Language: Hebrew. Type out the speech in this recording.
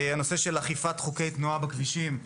הנושא של אכיפת חוקי תנועה בכבישים,